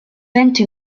vento